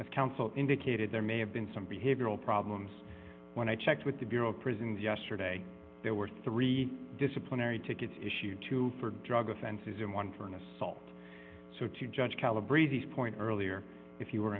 as counsel indicated there may have been some behavioral problems when i checked with the bureau of prisons yesterday there were three disciplinary tickets issued two for drug offenses in one for an assault so to judge calibrate these point earlier if you were